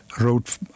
wrote